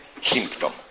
symptom